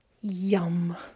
Yum